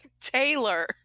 Taylor